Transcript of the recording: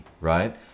right